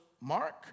Mark